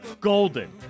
Golden